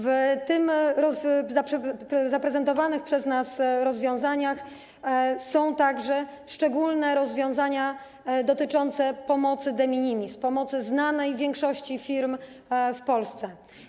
W zaprezentowanych przez nas rozwiązaniach są także szczególne rozwiązania dotyczące pomocy de minimis, pomocy znanej większości firm w Polsce.